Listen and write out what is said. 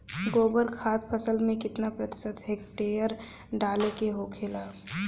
गोबर खाद फसल में कितना प्रति हेक्टेयर डाले के होखेला?